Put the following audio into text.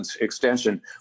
extension